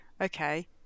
Okay